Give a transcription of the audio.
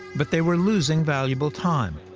but they were losing valuable time.